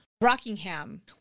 Rockingham